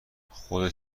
خودت